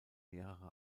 mehrere